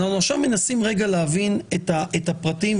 אנחנו עכשיו מנסים רגע להבין את הפרטים.